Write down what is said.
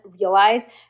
realize